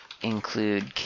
include